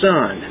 Son